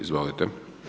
Izvolite.